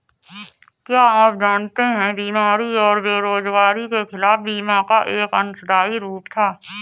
क्या आप जानते है बीमारी और बेरोजगारी के खिलाफ बीमा का एक अंशदायी रूप था?